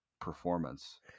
performance